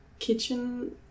kitchen